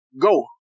go